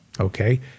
Okay